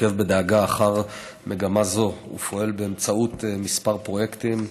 עוקב בדאגה אחר מגמה זו ופועל באמצעות כמה פרויקטים,